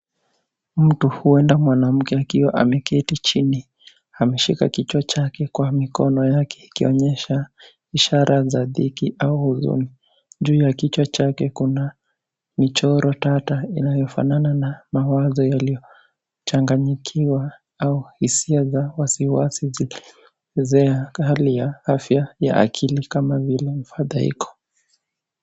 Mtu huenda mwanamke akiwa ameketi chini. Ameshika kichwa chake kwa mikono yake ikionyesha ishara za dhiki au huzuni. Juu ya kichwa chake kuna michoro tata inayofanana na mawazo yaliyochanganyikiwa au hisia za wasiwasi zikielezea hali ya afya ya akili kama vile fadhaiko.